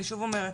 אני שוב אומרת,